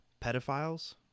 pedophiles